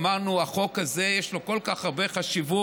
אמרנו: החוק הזה, יש לו כל כך הרבה חשיבות.